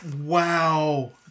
Wow